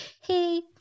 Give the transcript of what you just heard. hey